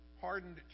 hardened